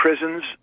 prisons